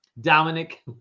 Dominic